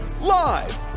Live